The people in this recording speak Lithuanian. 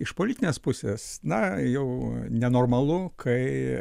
iš politinės pusės na jau nenormalu kai